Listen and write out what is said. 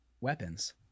weapons